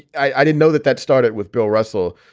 i didn't know that that started with bill russell.